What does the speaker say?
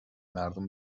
مردم